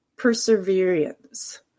perseverance